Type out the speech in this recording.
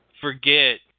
forget